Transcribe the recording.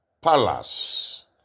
palace